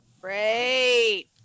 Great